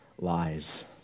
lies